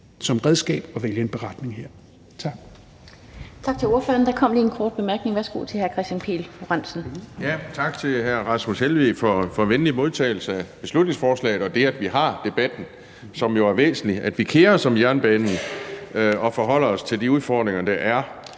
som redskab at vælge en beretning her. Kl.